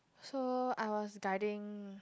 so I was guiding